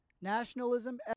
nationalism